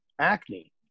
acne